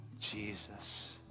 Jesus